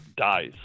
dies